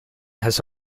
has